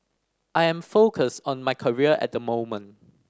I am focused on my career at the moment